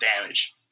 damage